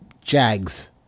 jags